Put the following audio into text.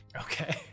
Okay